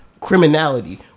criminality